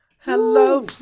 Hello